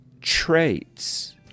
traits